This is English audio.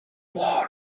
paul